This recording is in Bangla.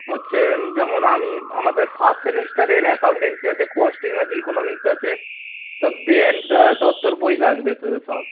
হচ্ছে যেমন আমি আমাদের ফার্স্ট সেমিস্টারের অ্যাকাউন্টেন্সি আছে কস্টিং আছে ইকনমিক্স আছে সব দে অ্যান্ড দত্তর বই লাগবে সব